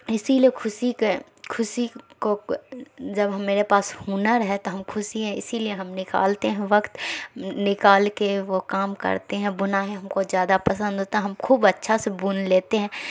اسی لیے خوشی کے خوشی کو جب میرے پاس ہنر ہے تو ہم خوشیاں اسی لیے ہم نکالتے ہیں وقت نکال کے وہ کام کرتے ہیں بنائی ہم کو زیادہ پسند ہوتا ہے ہم خوب اچھا سے بن لیتے ہیں